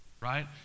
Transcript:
right